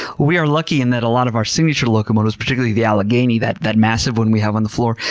we're lucky in that a lot of our signature locomotives, particularly the allegheny, that that massive one we have on the floor,